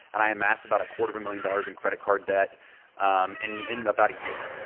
and i amassed about a quarter of a million dollars in credit card debt um in in about a year.